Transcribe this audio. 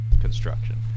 construction